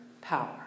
power